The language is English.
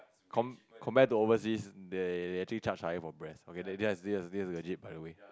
com~ compare to overseas they they actually charger higher for breast okay this this is this is legit by the way